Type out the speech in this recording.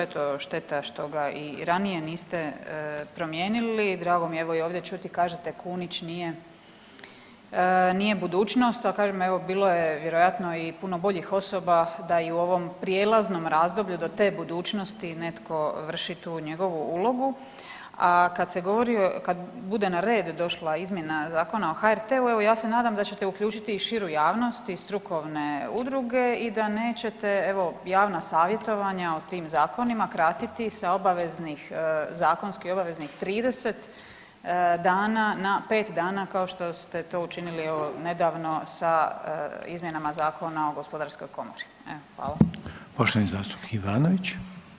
Eto, šteta što ga i ranije niste promijenili, drago mi je evo i ovdje čuti, kažete, Kunić nije budućnost, a kažem, evo, bilo je vjerojatno i puno boljih osoba da i u ovom prijelaznom razdoblju do te budućnost netko vrši tu njegovu ulogu, a kad se govori, kad bude na red došla izmjena Zakona o HRT-u, evo, ja se nadam da ćete uključiti i širu javnost i strukovne udruge i da nećete evo, javna savjetovanja o tim zakonima kratiti sa obaveznih, zakonskih obaveznih 30 dana na 5 dana kao što ste to učinili, evo, nedavno sa izmjenama Zakona o gospodarskoj komori.